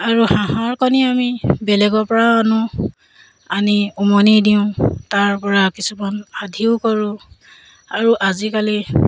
আৰু হাঁহৰ কণী আমি বেলেগৰপৰাও আনোঁ আনি উমনি দিওঁ তাৰপৰা কিছুমান আধিও কৰোঁ আৰু আজিকালি